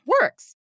works